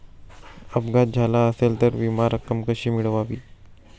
अपघात झाला असेल तर विमा रक्कम कशी मिळवावी?